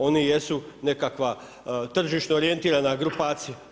Oni jesu nekakva tržišno orijentirana grupacija.